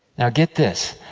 now, get this.